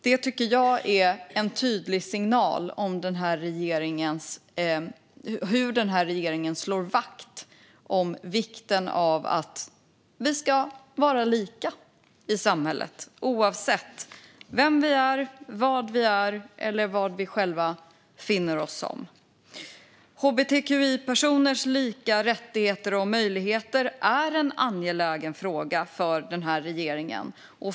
Det tycker jag är en tydlig signal om hur denna regering slår vakt om vikten av att vi ska vara lika i samhället oavsett vem och vad vi är. Hbtqi-personers lika rättigheter och möjligheter är en angelägen fråga för denna regering.